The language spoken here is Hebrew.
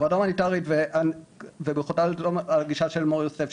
הוועדה ההומניטארית וברכותיי על הגישה של מור יוסף,